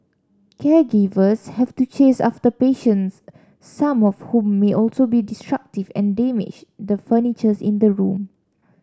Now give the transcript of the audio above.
caregivers have to chase after patients some of whom may also be destructive and damage the furnitures in the room